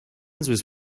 this